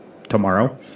tomorrow